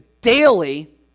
daily